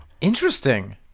Interesting